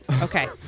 Okay